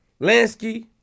Lansky